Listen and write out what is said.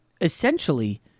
essentially